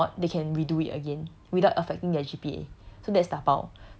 the more they fail the more they can redo it again without affecting their G_P_A